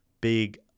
big